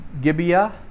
Gibeah